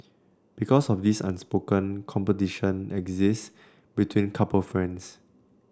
because of this unspoken competition exists between couple friends